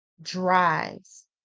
drives